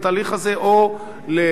או להמשיך בו,